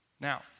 Now